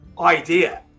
idea